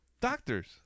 Doctors